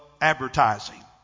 advertising